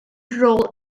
rôl